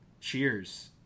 Cheers